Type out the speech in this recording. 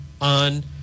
on